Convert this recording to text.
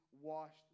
washed